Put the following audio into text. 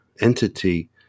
entity